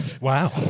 Wow